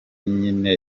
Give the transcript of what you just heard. nyine